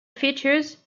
features